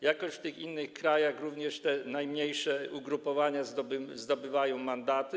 Jakoś w tych innych krajach również te najmniejsze ugrupowania zdobywają mandaty.